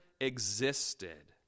existed